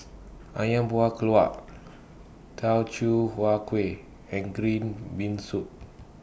Ayam Buah Keluak Teochew Huat Kuih and Green Bean Soup